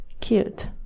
Cute